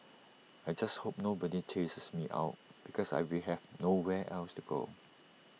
I just hope nobody chases me out because I will have nowhere else to go